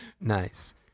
Nice